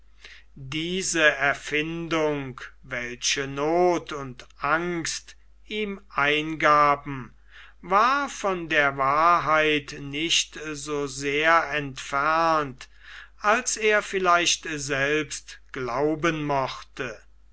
diese erfindung welche noth und angst ihm eingaben war von der wahrheit nicht so sehr entfernt als er vielleicht selbst glauben mochte